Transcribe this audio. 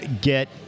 get